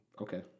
okay